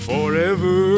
Forever